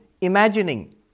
imagining